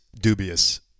Dubious